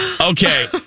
Okay